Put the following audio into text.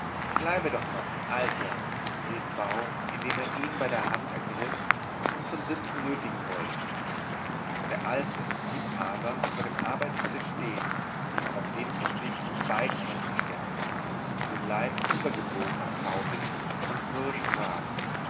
bleibe doch noch alter rief v indem er ihn bei der hand ergriff und zum sitzen nötigen wollte der alte blieb aber vor dem arbeitstisch stehen auf den er sich mit beiden händen stemmte den leib übergebogen nach v hin und mürrisch fragend